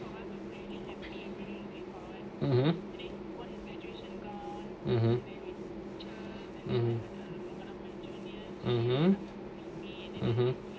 (uh huh)